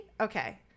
Okay